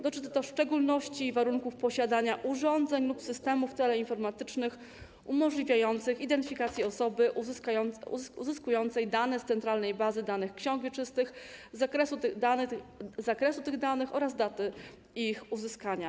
Dotyczy to w szczególności warunków posiadania urządzeń lub systemów teleinformatycznych umożliwiających identyfikację osoby uzyskującej dane z centralnej bazy danych ksiąg wieczystych, zakresu tych danych oraz daty ich uzyskania.